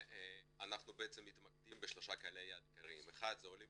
ואנחנו מתמקדים בשלושה קהלי יעד עיקריים: עולים